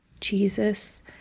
Jesus